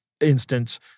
instance